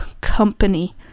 company